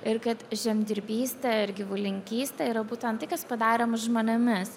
ir kad žemdirbystė ir gyvulininkystė yra būtent tai kas padarė mus žmonėmis